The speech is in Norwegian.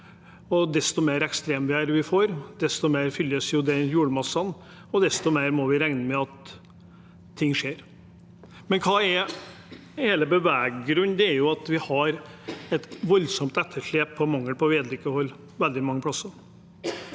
Desto mer ekstremvær vi får, desto mer fylles det i jordmassene, og desto mer må vi regne med at ting skjer. Men hva er hele beveggrunnen? Det er at vi har et voldsomt etterslep og mangel på vedlikehold veldig